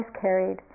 carried